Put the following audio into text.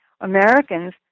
Americans